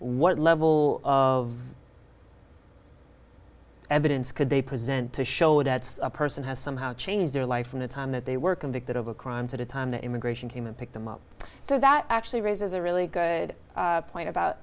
what level of evidence could they present to show that a person has somehow changed their life from the time that they were convicted of a crime to the time that immigration came and picked them up so that actually raises a really good point about